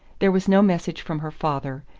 there was no message from her father,